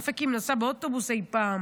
ספק אם היא הייתה באוטובוס אי פעם.